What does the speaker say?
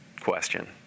question